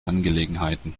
angelegenheiten